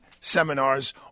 seminars